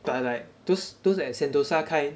but like those those at sentosa kind